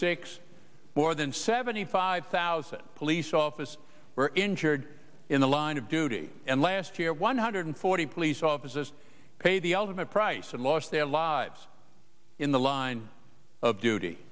six more than seventy five thousand police officers were injured in the line of duty and last year one hundred forty police offices paid the ultimate price and lost their lives in the line of duty